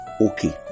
okay